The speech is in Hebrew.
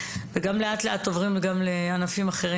ולאט לאט גם בענפים אחרים.